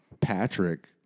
Patrick